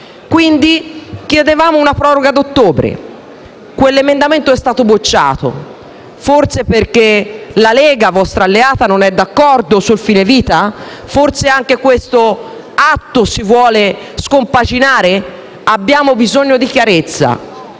quindi una proroga ad ottobre, ma quell'emendamento è stato respinto. Forse perché la Lega, vostra alleata, non è d'accordo sul fine vita? Forse anche questo atto si vuole scompaginare? Abbiamo bisogno di chiarezza.